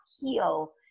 heal